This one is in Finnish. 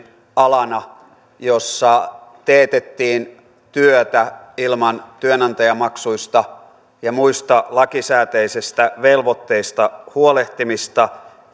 alana jolla teetettiin työtä ilman työnantajamaksuista ja muista lakisääteisistä velvoitteista huolehtimista